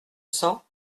cents